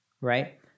Right